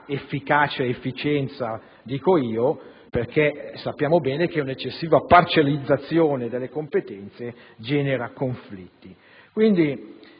efficacia ed efficienza - dico io - perché sappiamo bene che una eccessiva parcellizzazione delle competenze genera conflitti. È